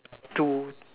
two